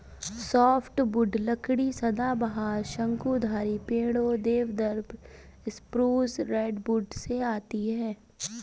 softwood लकड़ी सदाबहार, शंकुधारी पेड़ों, देवदार, स्प्रूस, रेडवुड से आती है